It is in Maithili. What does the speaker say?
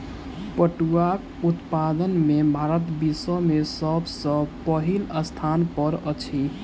पटुआक उत्पादन में भारत विश्व में सब सॅ पहिल स्थान पर अछि